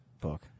book